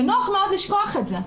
ונוח מאוד לשכוח את זה.